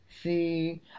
See